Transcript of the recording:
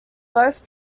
both